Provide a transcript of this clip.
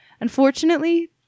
Unfortunately